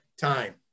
time